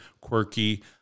quirky